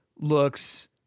looks